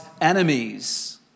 enemies